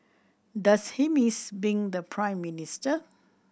does he miss being the Prime Minister